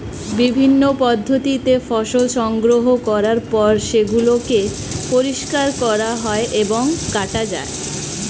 বিভিন্ন পদ্ধতিতে ফসল সংগ্রহ করার পর সেগুলোকে পরিষ্কার করা হয় এবং কাটা হয়